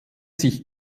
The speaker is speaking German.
sich